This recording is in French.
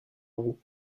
who